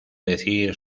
decir